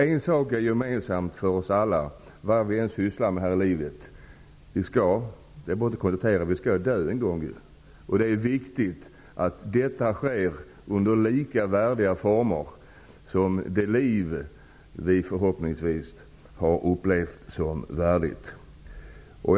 En sak är gemensam för oss alla, vad vi än sysslar med i livet, nämligen att vi alla en gång skall dö; det är bara att konstatera. Det är viktigt att vi dör under lika värdiga former som vi förhoppningsvis levt våra liv.